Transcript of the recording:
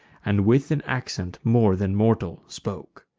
and with an accent more than mortal spoke.